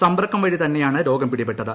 സമ്പർക്കം വഴി തന്നെയാണ് രോഗം പിടിപെട്ടത്